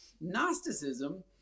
Gnosticism